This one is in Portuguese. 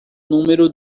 número